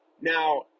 Now